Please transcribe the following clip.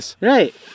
Right